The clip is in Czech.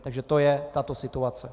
Takže to je tato situace.